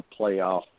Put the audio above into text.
playoff